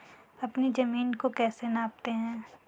अपनी जमीन को कैसे नापते हैं?